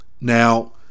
now